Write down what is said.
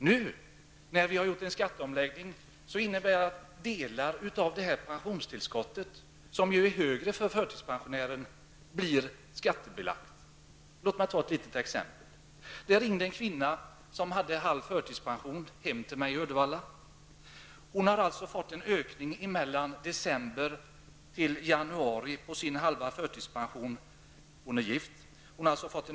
Efter skatteomläggningen har delar av pensionstillskottet, som ju är högre för förtidspensionärer, blivit skattebelagt. Låt mig ta upp ett exempel. Det ringde en kvinna hem till mig i Uddevalla. Hon hade halv förtidspension. Hennes pensionsökning från december till januari var 239 kr. per månad -- hon är gift.